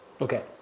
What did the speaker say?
Okay